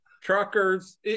truckers